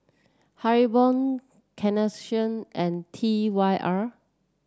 Haribo Carnation and T Y R